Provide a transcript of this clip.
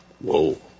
Whoa